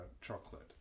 chocolate